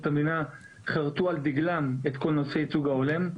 המדינה חרתו על דגלם את כל נושא הייצוג ההולם,